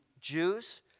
Jews